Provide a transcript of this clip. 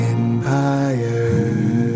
Empire